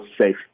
safe